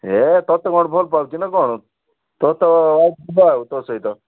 ହେ ତୋତେ କ'ଣ ଭଲ ପାଉଛି ନା କ'ଣ ତୋର ତ ତୋ ସହିତ